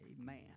Amen